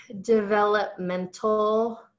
developmental